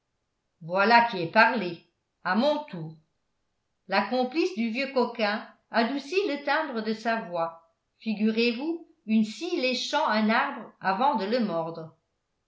voilà qui est parlé à mon tour la complice du vieux coquin adoucit le timbre de sa voix figurez-vous une scie léchant un arbre avant de le mordre